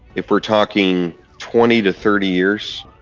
if we are talking twenty to thirty years,